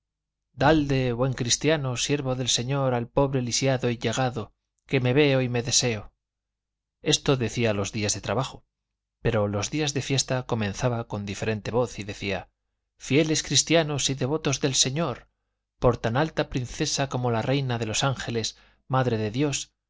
dalde buen cristiano siervo del señor al pobre lisiado y llagado que me veo y me deseo esto decía los días de trabajo pero los días de fiesta comenzaba con diferente voz y decía fieles cristianos y devotos del señor por tan alta princesa como la reina de los ángeles madre de dios